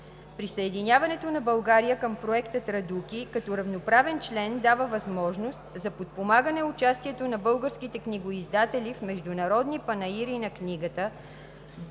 Присъединяването на България към Проекта „Традуки“ като равноправен член дава възможност за: подпомагане участието на българските книгоиздатели в международни панаири на книгата;